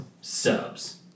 subs